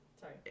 Sorry